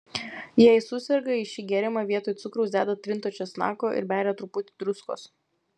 jei suserga į šį gėrimą vietoj cukraus deda trinto česnako ir beria truputį druskos